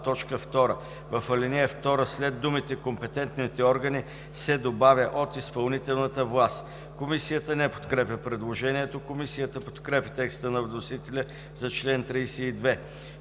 В ал. 2 след думите „компетентните органи“ се добавя „от изпълнителната власт“.“ Комисията не подкрепя предложението. Комисията подкрепя текста на вносителя за чл. 32.